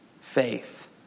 Faith